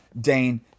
Dane